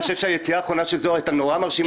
אני חושב שהיציאה האחרונה של זוהר הייתה נורא מרשימה,